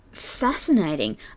fascinating